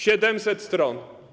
700 stron.